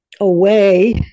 away